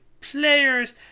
players